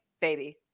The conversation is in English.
baby